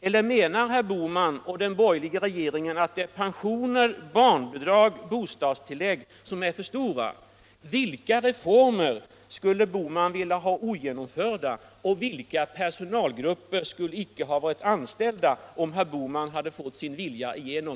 Eller menar herr Bohman och den borgerliga regeringen att det är pensioner, barnbidrag och bostadstillägg som är för stora? Vilka reformer skulle herr Bohman vilja ha ogenomförda och vilka personalgrupper skulle icke ha varit anställda, om herr Bohman hade fått sin vilja igenom.